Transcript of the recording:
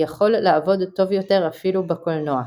יכול לעבוד טוב יותר אפילו בקולנוע".